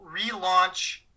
relaunch